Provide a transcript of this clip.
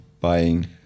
buying